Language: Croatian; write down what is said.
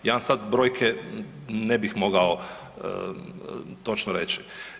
Ja vam sad brojke ne bih mogao točno reći.